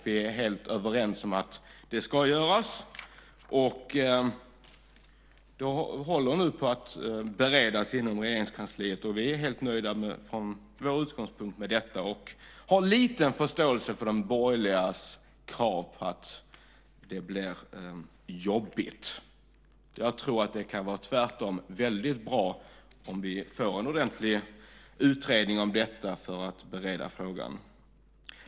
Vi är helt överens om att det ska göras. Det håller nu på att beredas inom Regeringskansliet, och vi är från vår utgångspunkt helt nöjda med detta. Vi har liten förståelse för de borgerligas ord om att det blir jobbigt. Jag tror att det tvärtom kan vara väldigt bra om vi får en ordentlig utredning om detta för att bereda frågan.